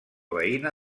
veïna